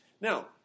Now